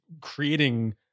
creating